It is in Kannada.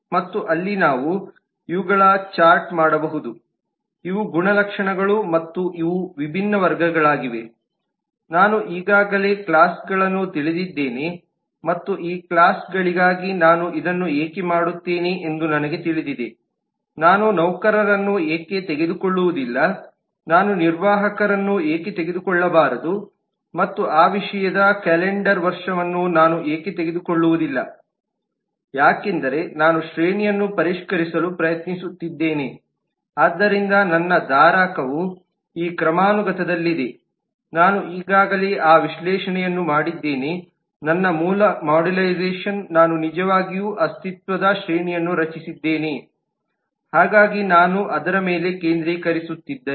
ಮತ್ತು ಅಲ್ಲಿ ನಾವು ಇವುಗಳ ಚಾರ್ಟ್ ಮಾಡಬಹುದು ಇವು ಗುಣಲಕ್ಷಣಗಳು ಮತ್ತು ಇವು ವಿಭಿನ್ನ ವರ್ಗಗಳಾಗಿವೆ ನಾನು ಈಗಾಗಲೇ ಕ್ಲಾಸ್ಗಳನ್ನು ತಿಳಿದಿದ್ದೇನೆ ಮತ್ತು ಈ ಕ್ಲಾಸ್ಗಳಿಗಾಗಿ ನಾನು ಇದನ್ನು ಏಕೆ ಮಾಡುತ್ತೇನೆ ಎಂದು ನನಗೆ ತಿಳಿದಿದೆ ನಾನು ನೌಕರರನ್ನು ಏಕೆ ತೆಗೆದುಕೊಳ್ಳುವುದಿಲ್ಲ ನಾನು ನಿರ್ವಾಹಕರನ್ನು ಏಕೆ ತೆಗೆದುಕೊಳ್ಳಬಾರದು ಮತ್ತು ಆ ವಿಷಯದ ಕ್ಯಾಲೆಂಡರ್ ವರ್ಷವನ್ನು ನಾನು ಏಕೆ ತೆಗೆದುಕೊಳ್ಳುವುದಿಲ್ಲ ಯಾಕೆಂದರೆ ನಾನು ಶ್ರೇಣಿಯನ್ನು ಪರಿಷ್ಕರಿಸಲು ಪ್ರಯತ್ನಿಸುತ್ತಿದ್ದೇನೆ ಆದ್ದರಿಂದ ನನ್ನ ಧಾರಕವು ಆ ಕ್ರಮಾನುಗತದಲ್ಲಿದೆ ನಾನು ಈಗಾಗಲೇ ಆ ವಿಶ್ಲೇಷಣೆಯನ್ನು ಮಾಡಿದ್ದೇನೆ ನನ್ನ ಮೂಲ ಮಾಡ್ಯುಲೈಸೇಶನ್ ನಾನು ನಿಜವಾಗಿ ಅಸ್ತಿತ್ವದ ಶ್ರೇಣಿಯನ್ನು ರಚಿಸಿದ್ದೇನೆ ಹಾಗಾಗಿ ನಾನು ಅದರ ಮೇಲೆ ಕೇಂದ್ರೀಕರಿಸುತ್ತಿದ್ದರೆ